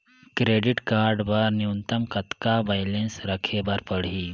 Credit card बर न्यूनतम कतका बैलेंस राखे बर पड़ही?